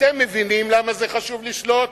אתם מבינים למה חשוב לשלוט